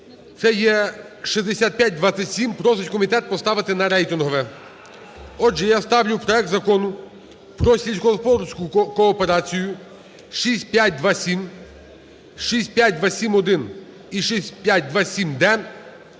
це є 6527. Просить комітет поставити на рейтингове. Отже, я ставлю проект Закону про сільськогосподарську кооперацію (6527, 6527-1 і 6527-д)